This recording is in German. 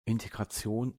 integration